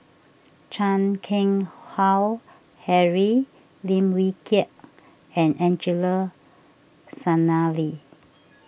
Chan Keng Howe Harry Lim Wee Kiak and Angelo Sanelli